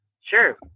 Sure